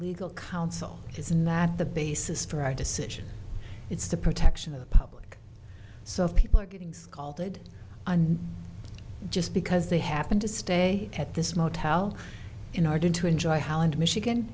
legal council is not the basis for i decision it's the protection of the public so people are getting scalded and just because they happen to stay at this motel in order to enjoy holland michigan